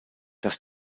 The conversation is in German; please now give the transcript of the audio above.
das